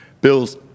Bills